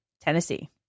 Tennessee